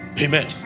amen